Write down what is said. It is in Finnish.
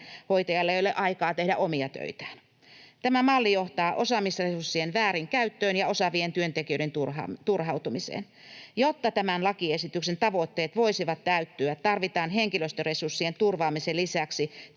sairaanhoitajalla ei ole aikaa tehdä omia töitään. Tämä malli johtaa osaamisresurssien väärinkäyttöön ja osaavien työntekijöiden turhautumiseen. Jotta tämän lakiesityksen tavoitteet voisivat täyttyä, tarvitaan henkilöstöresurssien turvaamisen lisäksi